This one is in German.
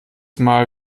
mal